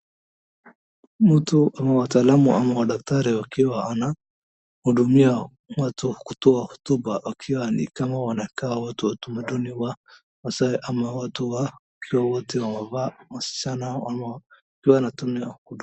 Mtu ama wataalamu ama madaktari wakiwa wanahudumia watu wakitoa hotuba wakiwa ni kama wanakaa watu wa tamaduni ya maasai ama wote wakiwa wote wamevaa ama wasichana.